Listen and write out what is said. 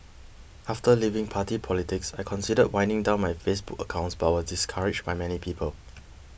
after leaving party politics I considered winding down my Facebook accounts but was discouraged by many people